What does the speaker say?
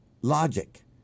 logic